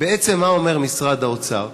בעצם, מה אומר משרד האוצר?